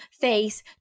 face